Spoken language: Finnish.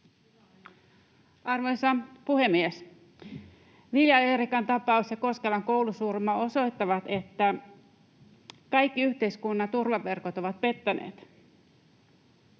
Arvoisa puhemies! Vilja Eerikan tapaus ja Koskelan koulusurma osoittavat, että kaikki yhteiskunnan turvaverkot ovat pettäneet.